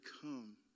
come